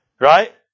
Right